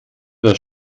das